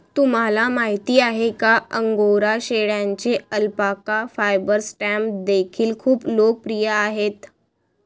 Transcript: तुम्हाला माहिती आहे का अंगोरा शेळ्यांचे अल्पाका फायबर स्टॅम्प देखील खूप लोकप्रिय आहेत